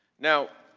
now,